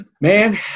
Man